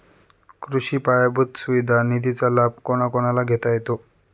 कृषी पायाभूत सुविधा निधीचा लाभ कोणाकोणाला घेता येतो?